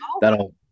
that'll